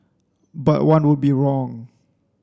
but one would be wrong